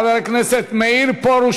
חבר הכנסת מאיר פרוש,